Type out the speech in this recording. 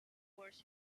words